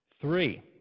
three